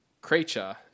creature